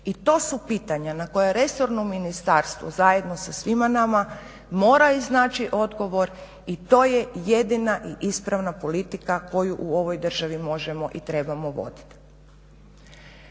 i to su pitanja na koje resorno ministarstvo zajedno sa svima nama moraju iznaći odgovor i to je jedina i ispravna politika koju u ovoj državi možemo i trebamo voditi.